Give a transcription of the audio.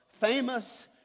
famous